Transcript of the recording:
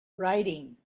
writing